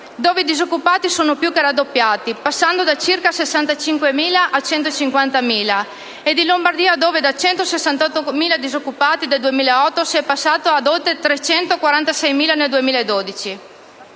dove i disoccupati sono più che raddoppiati passando da circa 65.000 a 150.000, ed in Lombardia dove da 168.000 disoccupati del 2008 si è passati a oltre 346.000 nel 2012.